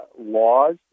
laws